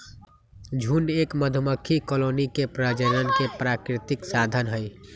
झुंड एक मधुमक्खी कॉलोनी के प्रजनन के प्राकृतिक साधन हई